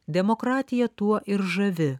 demokratija tuo ir žavi